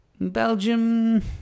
Belgium